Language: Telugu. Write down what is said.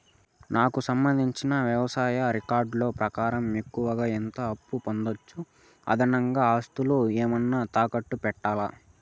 నాకు సంబంధించిన వ్యవసాయ రికార్డులు ప్రకారం ఎక్కువగా ఎంత అప్పు పొందొచ్చు, అదనంగా ఆస్తులు ఏమన్నా తాకట్టు పెట్టాలా?